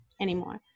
anymore